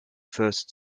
first